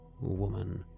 Woman